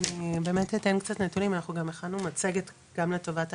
הצגת מצגת כן,